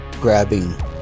grabbing